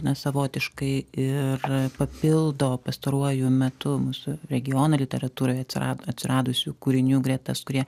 na savotiškai ir papildo pastaruoju metu mūsų regiono literatūroje atsirad atsiradusių kūrinių gretas kurie